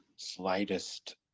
slightest